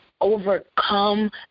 overcome